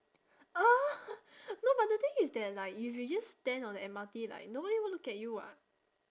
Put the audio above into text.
uh no but the thing that like if you just stand on the M_R_T like nobody would look at you [what]